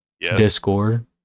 Discord